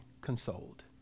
consoled